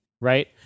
right